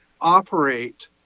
operate